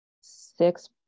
six